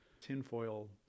tinfoil